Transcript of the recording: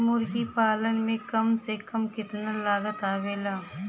मुर्गी पालन में कम से कम कितना लागत आवेला?